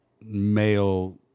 male